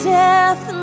death